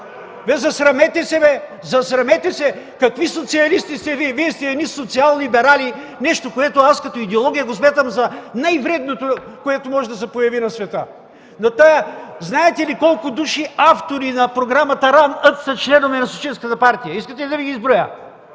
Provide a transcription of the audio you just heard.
бе! Засрамете се! Какви социалисти сте Вие? Вие сте едни социаллиберали – нещо, което като идеология го смятам за най-вредното, което може да се появи на света! Знаете ли колко души – автори на програмата „Ран-Ът”, са членове на Социалистическата партия? Искате ли да Ви ги изброя?